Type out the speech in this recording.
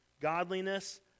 godliness